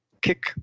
kick